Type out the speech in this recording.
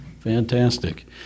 Fantastic